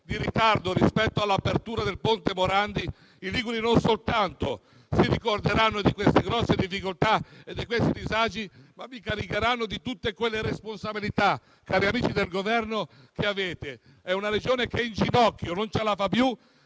di ritardo nell'apertura del ponte Morandi, i liguri non soltanto si ricorderanno delle grosse difficoltà e dei disagi ma vi caricheranno di tutte le vostre responsabilità, cari amici del Governo. È una Regione in ginocchio, che non ce la fa più.